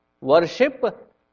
worship